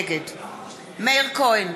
נגד מאיר כהן,